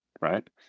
right